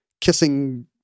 kissing